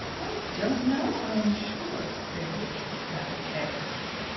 i don't know, i am sure! said richard rather carelessly.